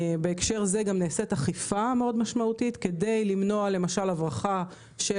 בהקשר זה נעשית גם אכיפה מאוד משמעותית כדי למנוע הברחה של